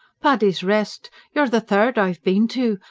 paddy's rest. you're the third i've bin to.